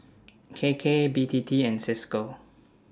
K K B T T and CISCO